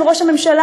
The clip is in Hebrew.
של ראש הממשלה,